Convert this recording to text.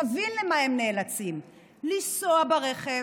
תבין מה הם נאלצים: לנסוע ברכב,